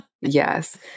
yes